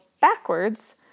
backwards